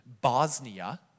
Bosnia